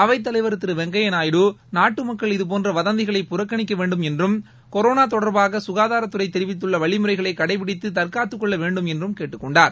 அவைத் தலைவர் திரு வெங்கய்யா நாயுடு நாட்டு மக்கள் இதபோன்ற வதந்திகளை புறக்கணிக்க வேண்டும் என்றும் ஔரோனா தொடர்பாக சுனதாரத் துறை தெரிவித்துள்ள வழிமுறைகளை கடப்பிடித்து தற்காத்துக் கொள்ள வேண்டும் என்று கேட்டுக்கொண்டார்